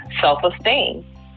self-esteem